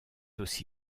aussi